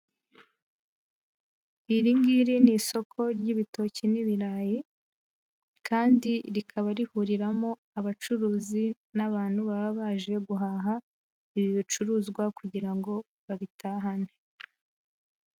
Iringiri ni isoko ry'ibitoki n'ibirayi kandi rikaba rihuriramo abacuruzi n'abantu baba baje guhaha ibi bicuruzwa kugira ngo babitahane.